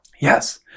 Yes